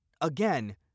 again